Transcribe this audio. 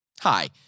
Hi